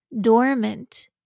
Dormant